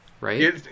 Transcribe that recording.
right